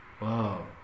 wow